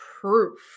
proof